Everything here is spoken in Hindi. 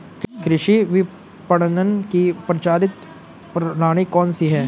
कृषि विपणन की प्रचलित प्रणाली कौन सी है?